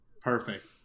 Perfect